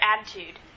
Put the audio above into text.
attitude